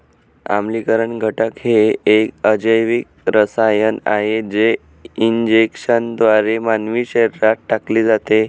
आम्लीकरण घटक हे एक अजैविक रसायन आहे जे इंजेक्शनद्वारे मानवी शरीरात टाकले जाते